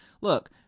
look